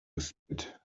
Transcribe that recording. spit